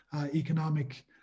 economic